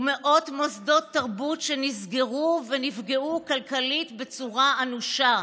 ומאות מוסדות תרבות נסגרו ונפגעו כלכלית בצורה אנושה.